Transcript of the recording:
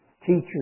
teachers